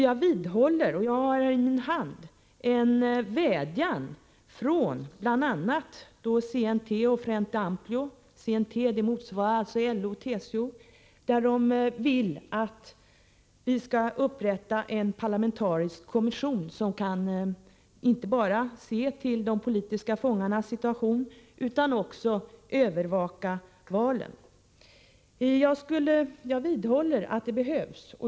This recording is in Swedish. Jag har i min hand en vädjan från bl.a. CNT-som motsvarar LO och TCO — och Frente Amplio om att vi skall upprätta en parlamentarisk kommission som kan inte bara se till de politiska fångarnas situation utan också övervaka valet. Jag vidhåller att detta behövs.